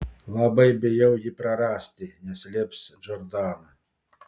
labai bijau jį prarasti neslėps džordana